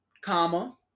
comma